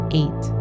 eight